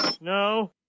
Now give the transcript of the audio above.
No